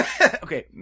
Okay